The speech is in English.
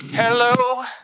Hello